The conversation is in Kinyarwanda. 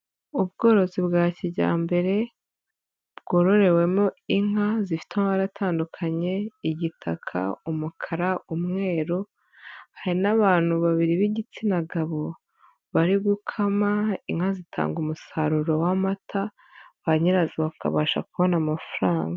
Ubworozi bwa kijyambere, bwororewemo inka zifite amabara atandukanye, igitaka, umukara, umweru, hari n'abantu babiri b'igitsina gabo bari gukama, inka zitanga umusaruro w'amata ba nyirazo bakabasha kubona amafaranga.